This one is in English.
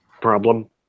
problem